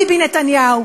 ביבי נתניהו,